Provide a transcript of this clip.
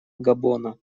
габона